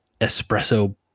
espresso